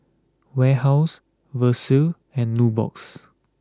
Warehouse Versace and Nubox